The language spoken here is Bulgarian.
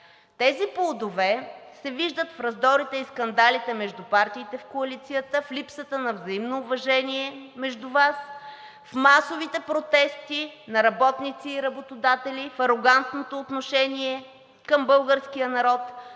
Тези плодове се виждат в раздорите и скандалите между партиите в коалицията, в липсата на взаимно уважение между Вас, в масовите протести на работници и работодатели, в арогантното отношение към българския народ